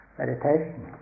meditation